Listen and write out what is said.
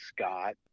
Scott